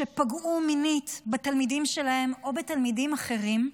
שפגעו מינית בתלמידים שלהם או בתלמידים אחרים,